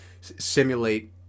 simulate